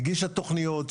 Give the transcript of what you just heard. הגישה תוכניות,